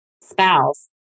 spouse